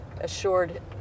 assured